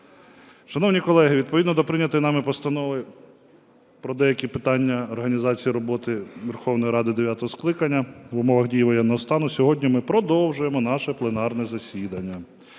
Шановні колеги, відповідно до прийнятої нами Постанови "Про деякі питання організації роботи Верховної Ради дев'ятого скликання в умовах дії воєнного стану" сьогодні ми продовжуємо наше пленарне засідання.